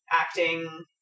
acting